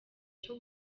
cyo